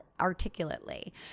articulately